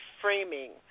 framing